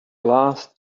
last